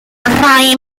rhai